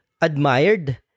admired